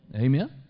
Amen